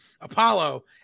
Apollo